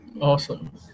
Awesome